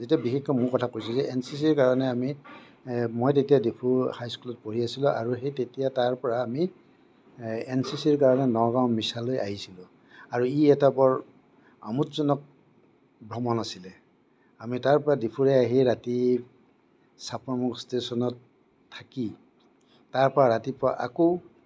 এইটো বিশেষকৈ মোৰ কথা কৈছোঁ যে এন চি চিৰ কাৰণে আমি মই তেতিয়া ডিফু হাইস্কুলত পঢ়ি আছিলোঁ আৰু সেই তেতিয়া তাৰপৰা আমি এই এন চি চিৰ কাৰণে নগাঁও মিচালৈ আহিছিলোঁ আৰু ই এটা বৰ আমোদজনক ভ্ৰমণ আছিলে আমি তাৰ পৰা ডিফুৰে আহি ৰাতি চাপৰমুখ ষ্টেচনত থাকি তাৰপৰা ৰাতিপুৱা আকৌ